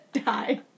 die